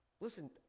Listen